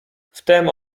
wtem